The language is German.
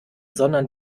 sondern